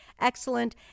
excellent